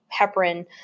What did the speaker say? heparin